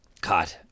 God